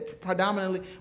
Predominantly